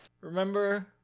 Remember